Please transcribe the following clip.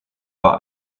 war